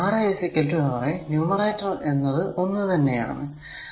ഇവിടെ Ra r a numerator എന്നത് ഒന്ന് തന്നെ ആണ്